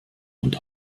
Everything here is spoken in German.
und